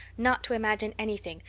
not to imagine anything,